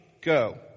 go